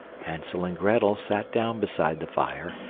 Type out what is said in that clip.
hansel and grettel sat down beside the fire,